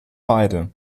beide